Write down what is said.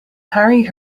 harry